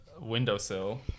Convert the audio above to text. windowsill